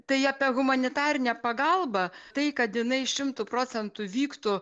tai apie humanitarinę pagalbą tai kad jinai šimtu procentų vyktų